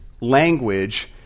language